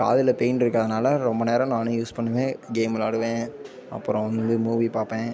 pain இருக்காததுனால ரொம்ப நேரம் நான் யூஸ் பண்ணுவேன் கேம் விளாடுவேன் அப்புறம் வந்து மூவி பார்ப்பேன்